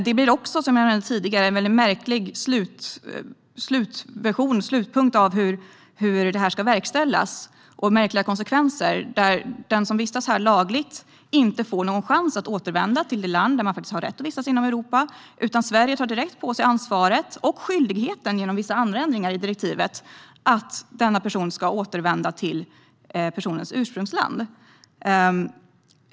Som jag nämnde tidigare blir det också en väldigt märklig slutversion av hur detta ska verkställas, och märkliga konsekvenser. Den som vistas här lagligt får ingen chans att återvända till det land i Europa där personen har rätt att vistas, utan Sverige tar direkt på sig ansvaret och skyldigheten, genom vissa andra ändringar i direktivet, att se till att personen återvänder till sitt ursprungsland.